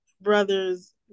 brother's